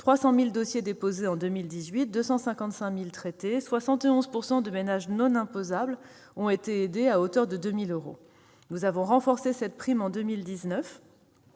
300 000 dossiers déposés en 2018, 255 000 traités et 71 % de ménages non imposables aidés à hauteur de 2 000 euros. Nous avons renforcé cette prime en 2019